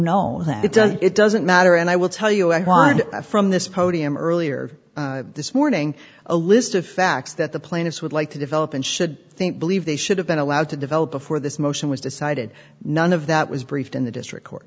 know that it does it doesn't matter and i will tell you why from this podium earlier this morning a list of facts that the plaintiffs would like to develop and should think believe they should have been allowed to develop before this motion was decided none of that was briefed in the district court